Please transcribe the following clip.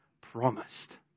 promised